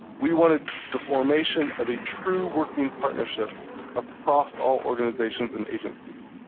we wanted the formation of a true working partnership across all organizations and agencies